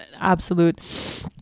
absolute